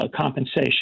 compensation